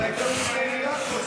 אולי תרוץ לעירייה כלשהי.